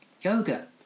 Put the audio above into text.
Yoga